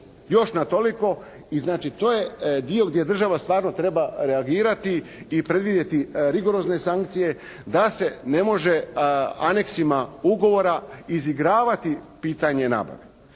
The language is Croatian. Još na toliko. I znači, to je dio gdje država stvarno treba reagirati i predvidjeti rigorozne sankcije da se ne može anexima ugovora izigravati pitanje nabave.